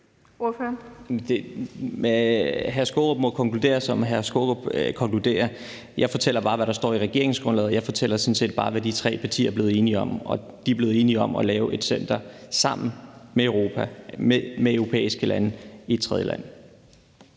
Skaarup må konkludere det, som Peter Skaarup vil konkludere. Jeg fortæller bare, hvad der står i regeringsgrundlaget, og jeg fortæller sådan set bare, hvad de tre partier er blevet enige om, og de er blevet enige om at lave et center sammen med andre europæiske lande i et tredjeland.